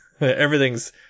Everything's